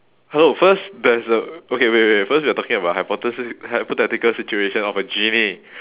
hello first there's a okay wait wait first we're talking about hypothesis hypothetical situation of a genie